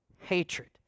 hatred